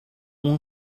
اون